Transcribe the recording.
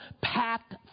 packed